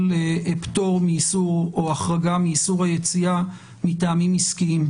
פטור מאיסור או החרגה מאיסור היציאה מטעמים עסקיים.